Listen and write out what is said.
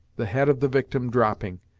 the head of the victim dropping,